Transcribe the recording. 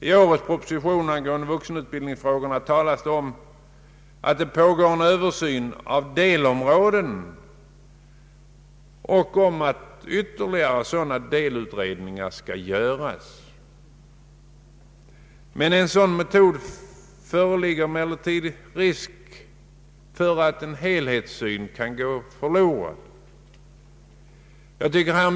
I årets proposition angående vuxenutbildningsfrågorna talas det om att det pågår översyner av delområden och att ytterligare sådana delutredningar skall göras. Med en sådan metod föreligger emellertid risk för att helhetssynen går förlorad.